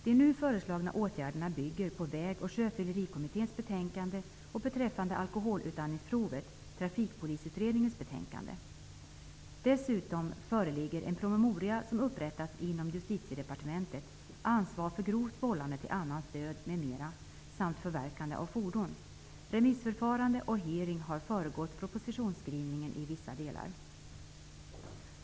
De nu föreslagna åtgärderna bygger på Väg och sjöfyllerikommitténs betänkande och de beträffande alkoholutandningsprovet bygger på Förverkande av fordon. Remissförfarande och hearing har föregått propositionsskrivningen i vissa delar.